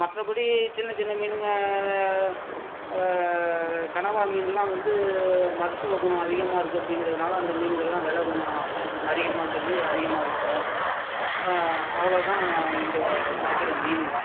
மற்றபடி சின்ன சின்ன மீனுங்க கனவா மீன்லாம் வந்து மருத்துவ குணம் அதிகமாக இருக்கு அப்படிங்கறதுனால அந்த மீனுங்களெல்லாம் வில கொஞ்சம் அதிகமாக சொல்லி அதிகமா விற்போம் அவ்ளோ தான் இங்கே கிடைக்கிற மீனுங்க